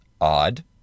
odd